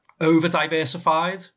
over-diversified